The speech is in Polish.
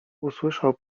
usłyszał